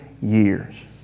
years